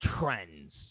trends